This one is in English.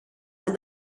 and